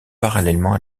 parallèlement